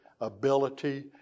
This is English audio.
ability